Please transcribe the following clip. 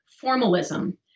formalism